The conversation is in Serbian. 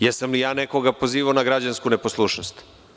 Da li sam ja nekoga pozivao na građansku neposlušnost?